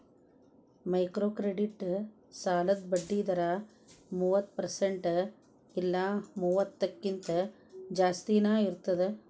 microcredit ಸಾಲದ್ ಬಡ್ಡಿ ದರ ಮೂವತ್ತ ಪರ್ಸೆಂಟ್ ಇಲ್ಲಾ ಮೂವತ್ತಕ್ಕಿಂತ ಜಾಸ್ತಿನಾ ಇರ್ತದ